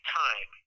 time